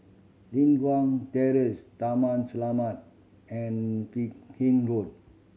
Li Hwan Terrace Taman Selamat and Fernhill Road